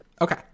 Okay